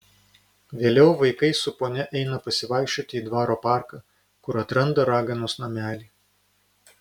vėliau vaikai su ponia eina pasivaikščioti į dvaro parką kur atranda raganos namelį